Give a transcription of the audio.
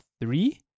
three